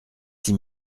six